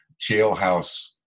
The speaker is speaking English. jailhouse